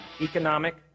economic